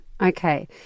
Okay